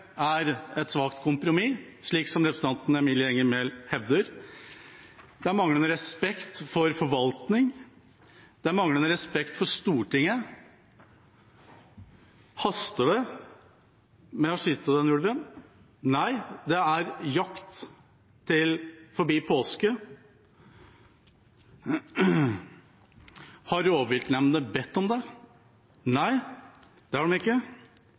er et svakt kompromiss, slik representanten Emilie Enger Mehl hevder. Det er manglende respekt for forvaltning. Det er manglende respekt for Stortinget. Haster det med å skyte denne ulven? Nei, det er jakt til forbi påske. Har rovviltnemndene bedt om det? Nei, det har de ikke.